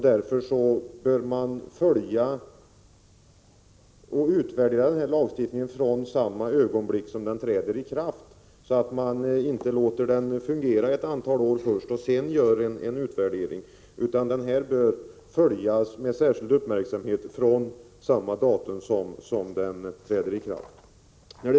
Därför bör man följa upp och utvärdera denna lagstiftning från det ögonblick då den träder i kraft, så att man inte först låter den fungera ett antal år och sedan gör en utvärdering.